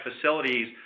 facilities